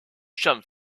champ